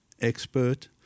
expert